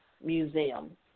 Museum